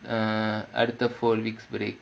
err after four weeks break